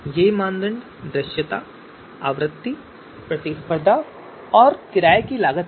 ये मानदंड दृश्यता आवृत्ति प्रतिस्पर्धा और किराये की लागत हैं